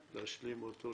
צריך להשלים לפורטוגזית?